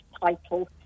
title